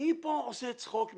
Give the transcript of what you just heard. מי פה עושה צחוק ממי?